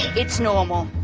it's normal,